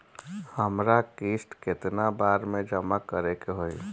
हमरा किस्त केतना बार में जमा करे के होई?